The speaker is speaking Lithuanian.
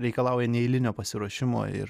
reikalauja neeilinio pasiruošimo ir